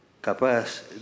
capaz